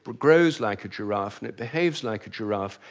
but grows like a giraffe, and it behaves like a giraffe,